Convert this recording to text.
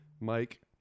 Mike